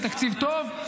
זה תקציב טוב,